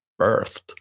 birthed